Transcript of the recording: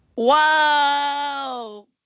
Wow